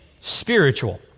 spiritual